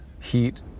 heat